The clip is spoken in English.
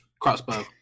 crossbow